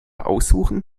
aussuchen